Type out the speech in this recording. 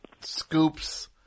scoops